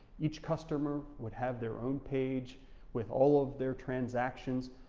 each customer would have their own page with all of their transactions,